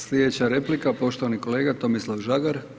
Sljedeća replika poštovani kolega Tomislav Žagar.